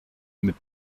mais